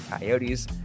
coyotes